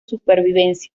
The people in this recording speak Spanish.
supervivencia